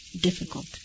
difficult